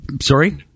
Sorry